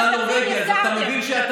אתם יודעים,